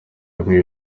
bamwe